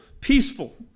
peaceful